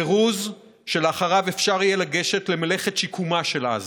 פירוז שלאחריו אפשר יהיה לגשת למלאכת שיקומה של עזה.